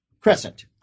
Crescent